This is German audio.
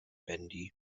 bandy